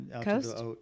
coast